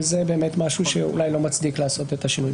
חושב שזה אולי משהו שלא מצדיק לעשות את השינוי.